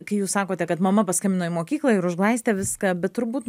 kai jūs sakote kad mama paskambino į mokyklą ir užglaistė viską bet turbūt